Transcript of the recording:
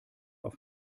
auf